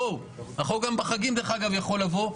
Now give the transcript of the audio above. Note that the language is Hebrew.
בואו, החוק גם בחגים, דרך אגב, יכול לבוא.